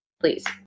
please